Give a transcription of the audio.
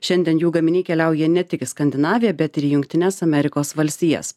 šiandien jų gaminiai keliauja ne tik į skandinaviją bet ir į jungtines amerikos valstijas